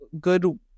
good